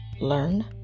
learn